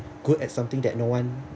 good at something that no one